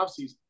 offseason